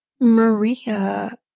Maria